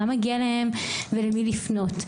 מה מגיע להם ולמי לפנות,